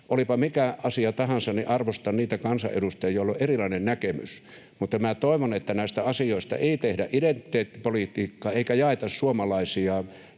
Olipa mikä asia tahansa, niin arvostan niitä kansanedustajia, joilla on erilainen näkemys, mutta minä toivon, että näistä asioista ei tehdä identiteettipolitiikkaa eikä jaeta suomalaisia